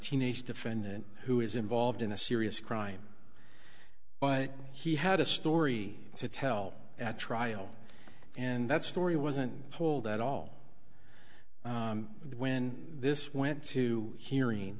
teenage defendant who is involved in a serious crime but he had a story to tell at trial and that story wasn't told at all when this went to hearing